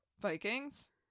vikings